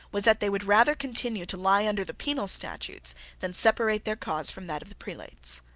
was that they would rather continue to lie under the penal statutes than separate their cause from that of the prelates.